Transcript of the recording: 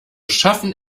schaffen